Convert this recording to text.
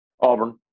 Auburn